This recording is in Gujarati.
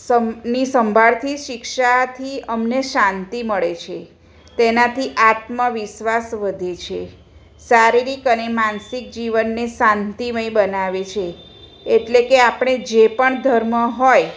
સમની સંભાળથી શિક્ષાથી અમને શાંતિ મળે છે તેનાથી આત્મવિશ્વાસ વધે છે શારીરિક અને માનસિક જીવનને શાંતિમય બનાવે છે એટલે કે આપણે જે પણ ધર્મ હોય